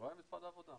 כמו שרועי